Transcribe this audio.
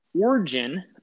origin